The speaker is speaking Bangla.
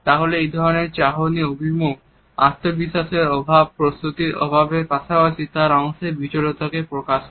তাহলে এই ধরনের চাহনির অভিমুখ আত্মবিশ্বাসের অভাব প্রস্তুতির অভাবের পাশাপাশি তার অংশে বিচলতাকে প্রকাশ করে